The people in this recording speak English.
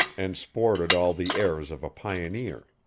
and sported all the airs of a pioneer.